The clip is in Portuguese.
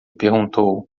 perguntou